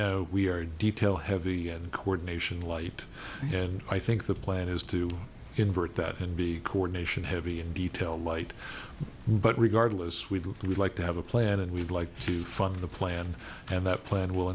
now we are detail heavy coordination light and i think the plan is to convert that and be coordination heavy and detail light but regardless we would like to have a plan and we'd like to fund the plan and that plan will